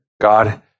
God